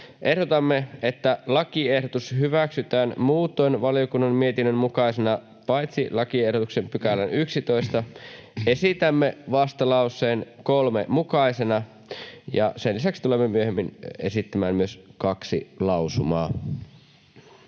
ehdotamme, että lakiehdotus hyväksytään muutoin valiokunnan mietinnön mukaisena, paitsi lakiehdotuksen 11 §:n esitämme vastalauseen 3 mukaisena. Sen lisäksi tulemme myöhemmin esittämään myös kaksi lausumaa.